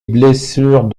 blessures